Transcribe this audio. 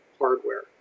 hardware